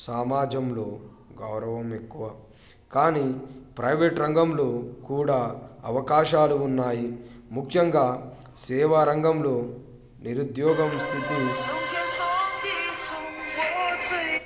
సమాజంలో గౌరవం ఎక్కువ కానీ ప్రైవేట్ రంగంలో కూడా అవకాశాలు ఉన్నాయి ముఖ్యంగా సేవా రంగంలో నిరుద్యోగం స్థితి